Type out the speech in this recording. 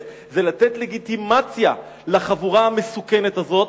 זה לתת לגיטימציה לחבורה המסוכנת הזאת.